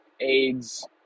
aids